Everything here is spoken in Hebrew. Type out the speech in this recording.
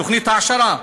תוכנית העשרה.